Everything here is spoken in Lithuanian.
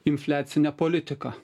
infliacine politika